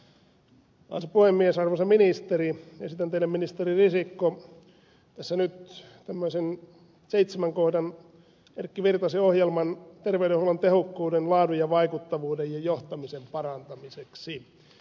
siksipä arvoisa puhemies esitän teille arvoisa ministeri risikko tässä nyt tämmöisen seitsemän kohdan erkki virtasen ohjelman terveydenhuollon tehokkuuden laadun ja vaikuttavuuden ja johtamisen parantamiseksi